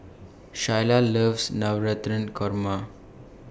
Shyla loves Navratan Korma